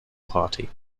party